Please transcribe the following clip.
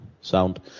Sound